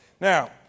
Now